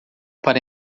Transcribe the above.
para